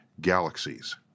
galaxies